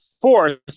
fourth